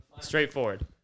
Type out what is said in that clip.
Straightforward